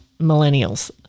millennials